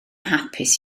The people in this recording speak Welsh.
hapus